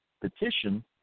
petition